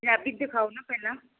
ਪੰਜਾਬੀ ਦਿਖਾਓ ਨਾ ਪਹਿਲਾਂ